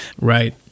Right